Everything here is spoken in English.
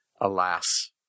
alas